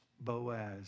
Boaz